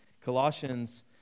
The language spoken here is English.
Colossians